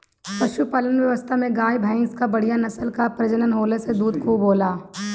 पशुपालन व्यवस्था में गाय, भइंस कअ बढ़िया नस्ल कअ प्रजनन होला से दूध खूबे होला